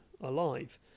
alive